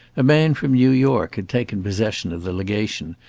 a man from new york had taken possession of the legation,